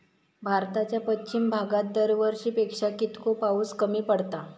भारताच्या पश्चिम भागात दरवर्षी पेक्षा कीतको पाऊस कमी पडता?